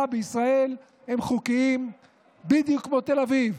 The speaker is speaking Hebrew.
בישראל הם חוקיים בדיוק כמו תל אביב,